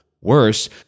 Worse